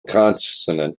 consonant